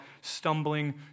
stumbling